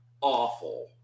awful